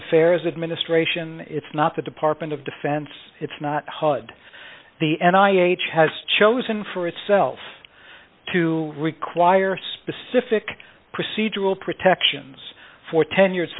affairs administration it's not the department of defense it's not hud the and i h has chosen for itself to require specific procedural protections for ten years